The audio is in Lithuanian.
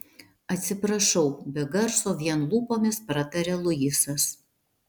atsiprašau be garso vien lūpomis prataria luisas